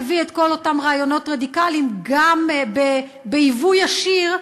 הוא מביא את כל אותם רעיונות רדיקליים גם ביבוא ישיר,